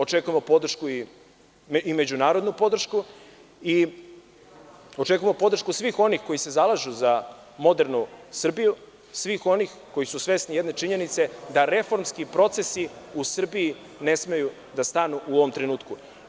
Očekujemo i međunarodnu podršku i očekujemo podršku svih onih koji se zalažu za modernu Srbiju, svih onih koji su svesni jedne činjenice da reformski procesi u Srbiji ne smeju da stanu u ovom trenutku.